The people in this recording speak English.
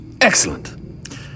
Excellent